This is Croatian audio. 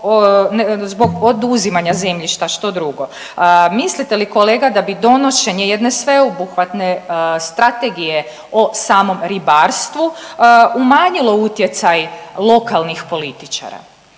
zbog oduzimanja zemljišta, što drugo. Mislite li, kolega, da bi donošenje jedne sveobuhvatne strategije o samom ribarstvu umanjilo utjecaj lokalnih političara?